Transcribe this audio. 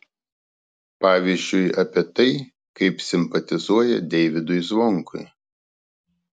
pavyzdžiui apie tai kaip simpatizuoja deivydui zvonkui